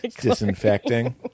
Disinfecting